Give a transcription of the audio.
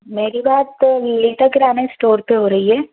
मेरी बात लिटा ग्रामीण स्टोर पर हो रही है